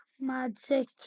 magic